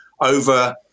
over